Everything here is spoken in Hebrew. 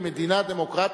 במדינה דמוקרטית,